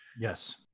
Yes